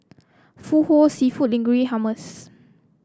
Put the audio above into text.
seafood Linguine Hummus